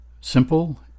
simple